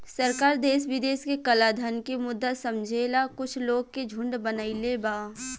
सरकार देश विदेश के कलाधन के मुद्दा समझेला कुछ लोग के झुंड बनईले बा